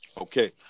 Okay